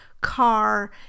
car